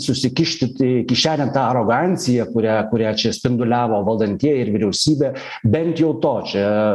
susikišti kišenėn tą aroganciją kurią kurią čia spinduliavo valdantieji ir vyriausybė bent jau to čia